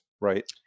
right